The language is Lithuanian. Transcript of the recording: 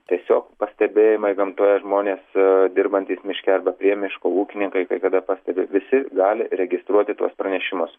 tiesiog pastebėjimai gamtoje žmonės dirbantys miške prie miško ūkininkai kai kada pastebi visi gali registruoti tuos pranešimus